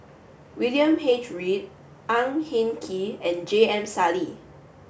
William H Read Ang Hin Kee and J M Sali